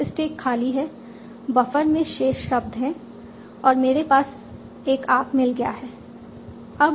S stack खाली है buffer में शेष शब्द हैं और मेरे पास एक आर्क मिल गया है